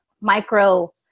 micro